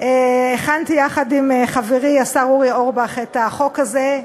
הכנתי יחד עם חברי השר אורי אורבך את החוק הזה,